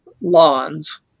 lawns